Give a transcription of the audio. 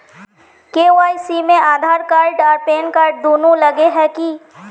KYC में Aadhaar card आर PAN card दुनू लगे है की?